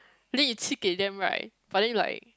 then you 气给 them right but then like